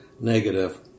negative